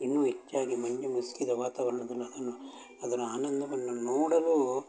ಇನ್ನು ಹೆಚ್ಚಾಗಿ ಮಂಜು ಮುಸುಕಿದ ವಾತಾವರ್ಣದಲ್ಲಿ ಅದನ್ನು ಅದರ ಆನಂದವನ್ನು ನೋಡಲೂ